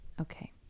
okay